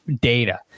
data